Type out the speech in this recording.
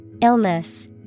Illness